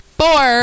four